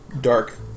dark